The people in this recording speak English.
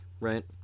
right